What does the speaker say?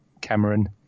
Cameron